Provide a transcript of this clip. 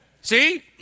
See